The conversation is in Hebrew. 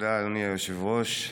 אדוני היושב-ראש,